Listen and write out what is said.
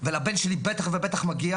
ולבן שלי בטח ובטח מגיע